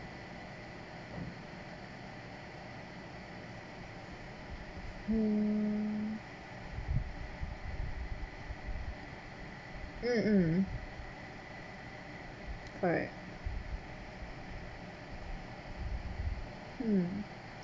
mm mm mm correct hmm